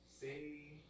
Say